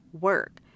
work